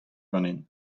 ganin